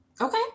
okay